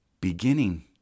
beginning